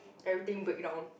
everything break down